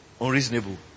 unreasonable